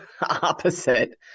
opposite